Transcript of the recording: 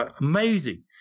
amazing